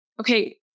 Okay